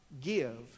give